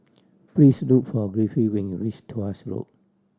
please look for Griffith when you reach Tuas Road